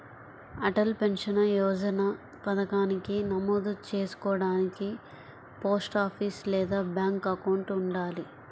Atal pension Yojana పథకానికి నమోదు చేసుకోడానికి పోస్టాఫీస్ లేదా బ్యాంక్ అకౌంట్ ఉండాలి